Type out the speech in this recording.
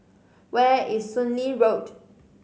where is Soon Lee Road